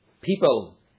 people